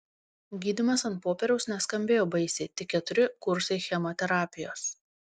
gydymas ant popieriaus neskambėjo baisiai tik keturi kursai chemoterapijos